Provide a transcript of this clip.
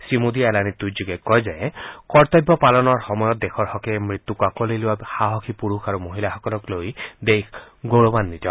শ্ৰীমোদীয়ে এলানি টুইটযোগে কয় যে কৰ্তব্য পালনৰ সময়ত দেশৰ হকে মৃত্যুক আঁকোৱালি লোৱা সাহসী পুৰুষ আৰু মহিলাসকলক লৈ দেশ গৌৰৱাম্বিত